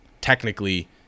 technically